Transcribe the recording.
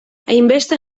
hainbeste